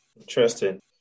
Interesting